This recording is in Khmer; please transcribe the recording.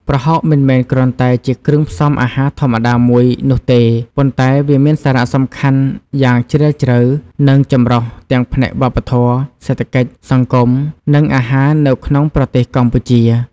ប្រហុកមិនមែនគ្រាន់តែជាគ្រឿងផ្សំអាហារធម្មតាមួយនោះទេ ប៉ុន្តែវាមានសារៈសំខាន់យ៉ាងជ្រាលជ្រៅ និងចម្រុះទាំងផ្នែកវប្បធម៌ សេដ្ឋកិច្ច សង្គម និងអាហារនៅក្នុងប្រទេសកម្ពុជា។